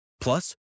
Plus